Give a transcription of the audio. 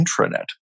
intranet